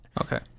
Okay